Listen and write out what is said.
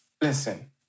Listen